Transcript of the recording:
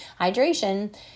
hydration